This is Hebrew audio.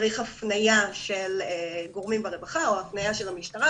צריך הפניה של גורמים ברווחה או הפניה של המשטרה.